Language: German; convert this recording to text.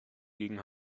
gegen